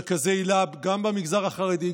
יש מרכזי היל"ה גם במגזר החרדי,